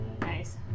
Nice